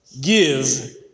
give